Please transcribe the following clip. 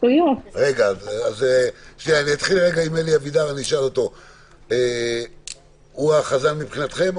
אלי אבידר, הוא החזן מבחינתכם?